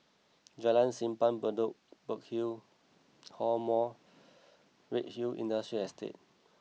Jalan Simpang Bedok Burkill Hall more Redhill Industrial Estate